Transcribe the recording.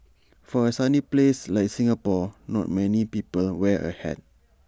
for A sunny place like Singapore not many people wear A hat